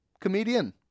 Comedian